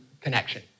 connection